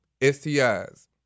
STIs